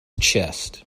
chest